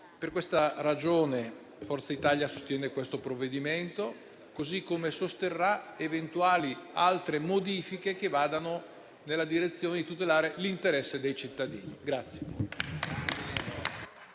Per questa ragione Forza Italia sostiene il provvedimento in esame, così come sosterrà eventuali altre modifiche che vadano nella direzione di tutelare l'interesse dei cittadini.